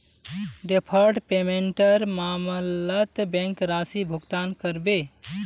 deferred पेमेंटेर मामलत bank राशि भुगतान करबे